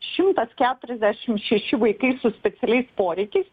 šimtas keturiasdešimt šeši vaikai su specialiais poreikiais